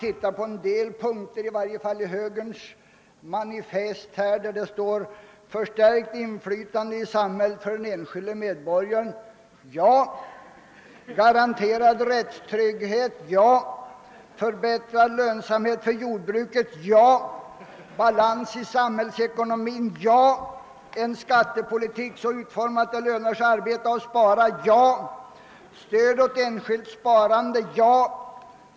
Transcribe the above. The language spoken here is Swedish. I moderata samlingspartiets manifest står t.ex. följande punkter: En skattepolitik så utformad att det lönar sig att arbeta och spara — Ja.